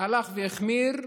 הלך והחמיר.